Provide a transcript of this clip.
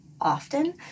often